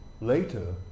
Later